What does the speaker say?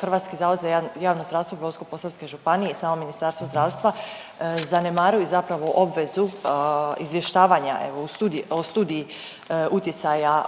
HZJZ Brodsko-posavske županije i samo Ministarstvo zdravstva zanemaruju zapravo obvezu izvještavanja evo o Studiji utjecaja